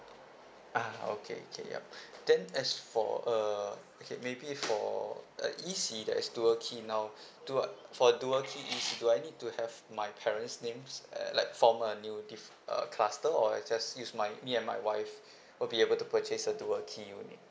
ah okay okay yup then as for uh okay maybe for uh E_C there's dual key now dual for dual key E_C do I need to have my parents' names a~ like form a new dif~ uh cluster or I just use my me and my wife we'll be able to purchase a dual key unit